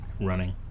running